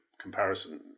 comparison